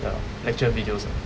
ya lecture videos ah